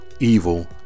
evil